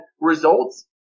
results